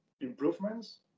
improvements